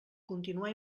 continuar